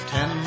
Ten